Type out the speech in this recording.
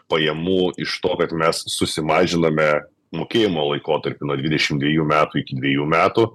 pajamų iš to kad mes susimažinome mokėjimo laikotarpį nuo dvidešim dviejų metų iki dviejų metų